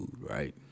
right